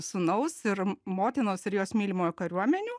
sūnaus ir motinos ir jos mylimojo kariuomenių